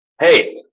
Hey